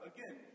Again